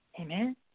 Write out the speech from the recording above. Amen